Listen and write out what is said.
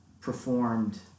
performed